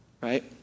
Right